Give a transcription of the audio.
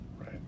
Right